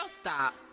stop